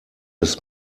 bis